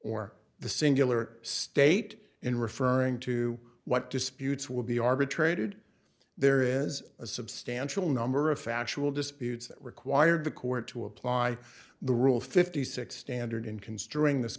or the singular state in referring to what disputes will be arbitrated there is a substantial number of factual disputes that require the court to apply the rule fifty six standard in construing this